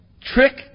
trick